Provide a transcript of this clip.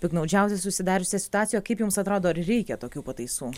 piktnaudžiauti susidariusia situacija o kaip jums atrodo ar reikia tokių pataisų